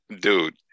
Dude